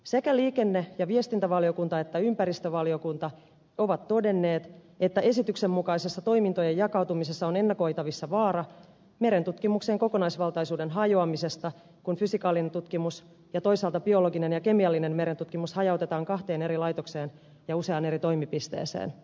sekä liikenne ja viestintävaliokunta että ympäristövaliokunta ovat todenneet että esityksen mukaisessa toimintojen jakautumisessa on ennakoitavissa vaara merentutkimuksen kokonaisvaltaisuuden hajoamisesta kun fysikaalinen tutkimus ja toisaalta biologinen ja kemiallinen merentutkimus hajautetaan kahteen eri laitokseen ja useaan eri toimipisteeseen